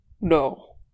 No